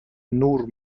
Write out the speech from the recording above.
نور